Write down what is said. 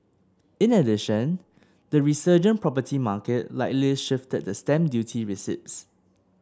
in addition the resurgent property market likely shifted the stamp duty receipts